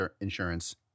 insurance